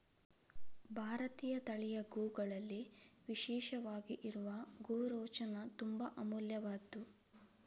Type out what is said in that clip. ಭಾರತೀಯ ತಳಿಯ ಗೋವುಗಳಲ್ಲಿ ವಿಶೇಷವಾಗಿ ಇರುವ ಗೋರೋಚನ ತುಂಬಾ ಅಮೂಲ್ಯವಾದ್ದು